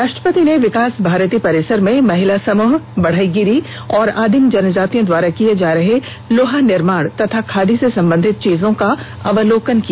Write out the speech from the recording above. राष्ट्रपति ने विकास भारती परिसर में महिला समूह बढईगिरी और आदिम जनजातियों द्वारा किये जा रहे लोहा निर्माण और खादी से संबंधित चीजों का अवलोकन किया